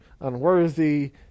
unworthy